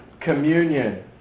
Communion